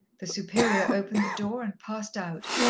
the superior opened the door and passed out,